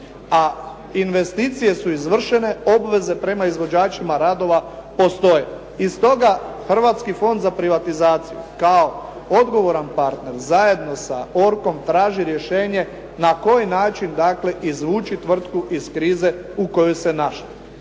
A investicije su izvršene, obveze prema izvođačima radova postoje. I stoga Hrvatsko fond za privatizaciju kao odgovoran partner zajedno sa "ORCO-m" traži rješenje na koji način dakle izvući tvrtku iz krize u kojoj se našla.